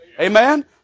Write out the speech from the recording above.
Amen